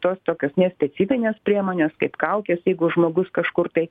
tos tokios nespecifinės priemonės kaip kaukės jeigu žmogus kažkur tai